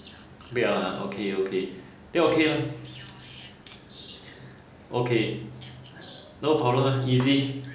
不要 ah okay okay 不要 okay ah okay no problem lah easy